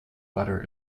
butter